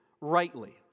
rightly